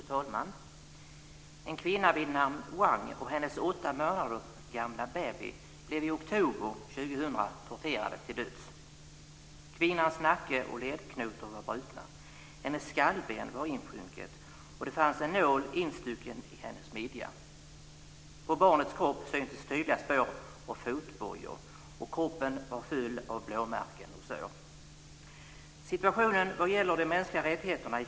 Fru talman! En kvinna vid namn Wang och hennes åtta månader gamla baby blev i oktober 2000 torterade till döds. Kvinnans nacke och ledknotor var brutna. Hennes skallben var insjunket, och det fanns en nål instucken i hennes midja. På barnets kropp syntes tydliga spår av fotbojor, och kroppen var full av blåmärken och sår.